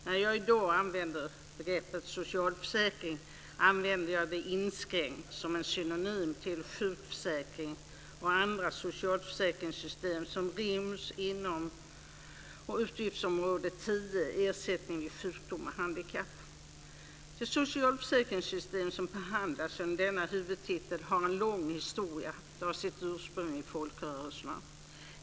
När jag i dag använder begreppet socialförsäkring använder jag det i inskränkt betydelse, som en synonym till sjukförsäkringen och andra socialförsäkringssystem som ryms inom utgiftsområde 10 Ersättning vid sjukdom och handikapp. De socialförsäkringssystem som behandlas under denna huvudtitel har en lång historia. De har sitt ursprung inom folkrörelserna.